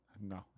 No